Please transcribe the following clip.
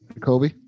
Kobe